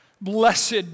Blessed